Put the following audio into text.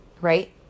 right